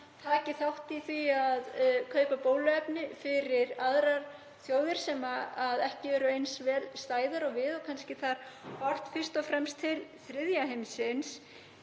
taki þátt í því að kaupa bóluefni fyrir aðrar þjóðir sem ekki eru eins vel stæðar og við. Þar er horft fyrst og fremst til þriðja heimsins.